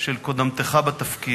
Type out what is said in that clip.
של קודמתך בתפקיד,